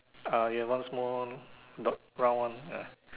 uh ya one small dot round one ah